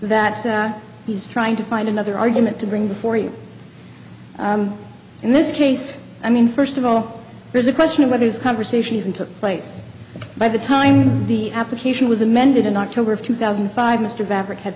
that he's trying to find another argument to bring before you in this case i mean first of all there's a question of whether this conversation even took place by the time the application was amended in october of two thousand and five mr barack had